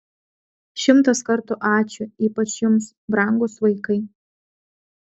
šimtas kartų ačiū ypač jums brangūs vaikai